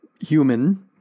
human